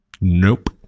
Nope